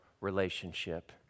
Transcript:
relationship